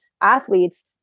athletes